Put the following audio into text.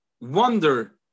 wonder